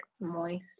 moist